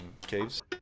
caves